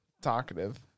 talkative